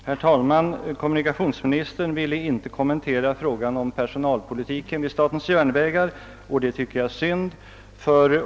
Herr talman! Kommunikationsministern vill inte kommentera frågan om statens järnvägars personalpolitik, vilket är synd.